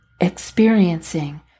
experiencing